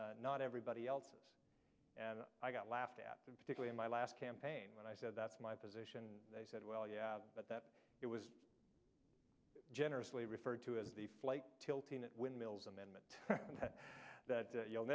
not everybody else's and i got laughed at them particularly my last campaign when i said that's my position they said well yeah but that it was generously referred to as the flight tilting at windmills amendment that you'll